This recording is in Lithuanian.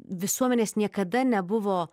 visuomenės niekada nebuvo